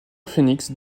phoenix